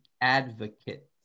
advocate